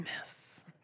miss